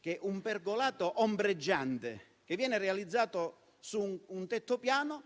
che un pergolato ombreggiante realizzato su un tetto piano